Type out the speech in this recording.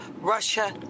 Russia